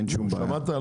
שמעת?